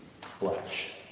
flesh